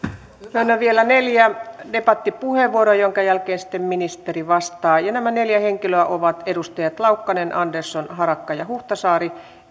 annan vielä neljä debattipuheenvuoroa minkä jälkeen ministeri vastaa nämä neljä henkilöä ovat edustajat laukkanen andersson harakka ja huhtasaari